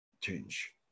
change